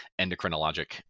endocrinologic